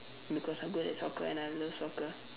because I'm good at soccer and I love soccer